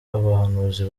abahanuzi